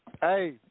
Hey